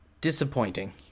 disappointing